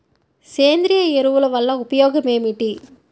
సేంద్రీయ ఎరువుల వల్ల ఉపయోగమేమిటీ?